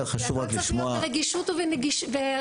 הכול צריך להיות ברגישות ובנגישות.